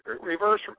reverse